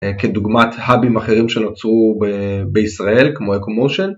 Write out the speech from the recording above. א...כדוגמת האבים אחרים שנוצרו ב-בישראל כמו Ecomotion,